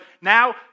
now